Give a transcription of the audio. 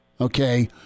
okay